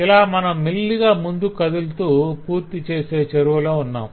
ఇలా మనం మెల్లిగా ముందుకు కదులుతూ పూర్తిచేసే చెరువలో ఉన్నాం